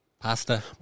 Pasta